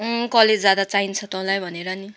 college जाँदा चाहिन्छ तँलाई भनेर नि